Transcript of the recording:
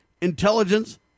Intelligence